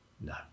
No